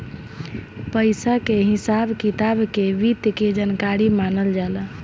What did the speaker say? पइसा के हिसाब किताब के वित्त के जानकारी मानल जाला